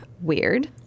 Weird